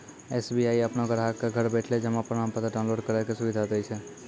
SBI अपनो ग्राहको क घर बैठले जमा प्रमाणपत्र डाउनलोड करै के सुविधा दै छै